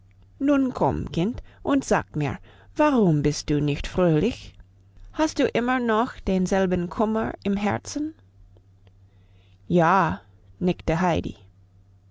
nun komm kind und sag mir warum bist du nicht fröhlich hast du immer noch denselben kummer im herzen ja nickte heidi